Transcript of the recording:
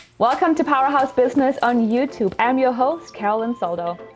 welcome to power hub. it's business on youtube. i'm your host, carolyn soldo.